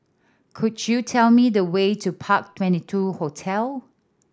could you tell me the way to Park Twenty two Hotel